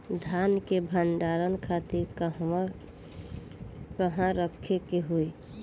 धान के भंडारन खातिर कहाँरखे के होई?